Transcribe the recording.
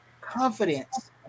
Confidence